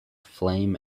flame